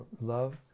love